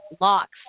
locks